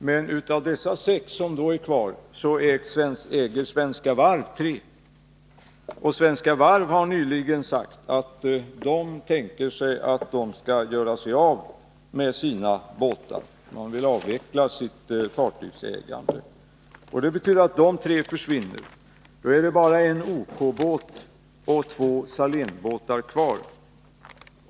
Men av dessa sex äger Svenska Varv tre. Och Svenska Varv har nyligen sagt att man tänker göra sig av med sina båtar, därför att man vill avveckla sitt fartygsägande. Det betyder att dessa tre båtar försvinner. Då är det bara en OK-båt och två Salénbåtar kvar.